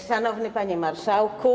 Szanowny Panie Marszałku!